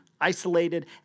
isolated